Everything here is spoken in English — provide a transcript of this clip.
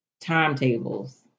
timetables